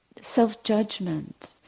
self-judgment